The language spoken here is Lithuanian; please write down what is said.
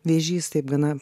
vėžys taip gana